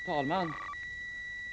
Herr talman!